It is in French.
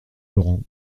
laurent